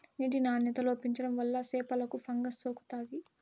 నీటి నాణ్యత లోపించడం వల్ల చేపలకు ఫంగస్ సోకుతాది